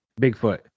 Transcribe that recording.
Bigfoot